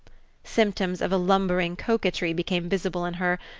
symptoms of a lumbering coquetry became visible in her,